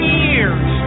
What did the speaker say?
years